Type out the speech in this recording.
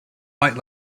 fight